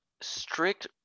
strict